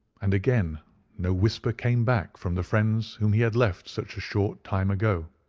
and again no whisper came back from the friends whom he had left such a short time ago.